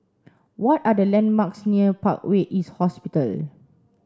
what are the landmarks near Parkway East Hospital